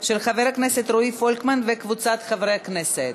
של חבר הכנסת רועי פולקמן וקבוצת חברי הכנסת.